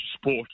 sport